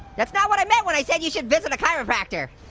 that's not what i meant when i said you should visit a chiropractor.